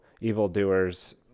evildoers